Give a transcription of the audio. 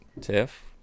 tiff